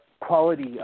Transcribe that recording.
quality